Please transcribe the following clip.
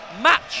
Match